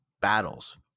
battles